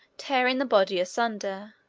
tearing the body asunder,